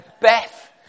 Beth